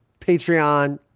Patreon